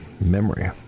memory